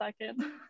second